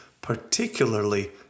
particularly